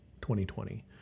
2020